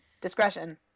discretion